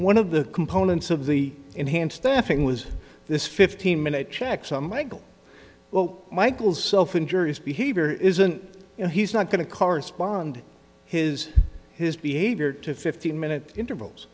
one of the components of the enhanced staffing was this fifteen minute checks on michael well michael self insurance behavior isn't he's not going to correspond his his behavior to fifteen minute intervals